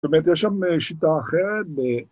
זאת אומרת, יש שם שיטה אחרת.